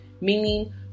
meaning